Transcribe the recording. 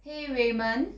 !hey! raymond